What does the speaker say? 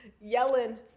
yelling